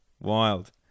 wild